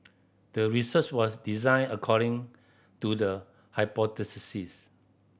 the research was designed according to the